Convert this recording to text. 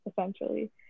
essentially